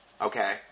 Okay